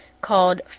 called